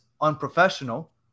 unprofessional